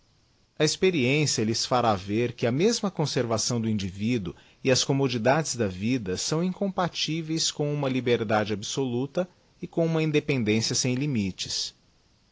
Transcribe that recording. a experiência lhes fará ver que a mesma corservação do individuo e as commodidades da vida são incompatíveis cora uma kberdade absoluta e com uma independência sem limites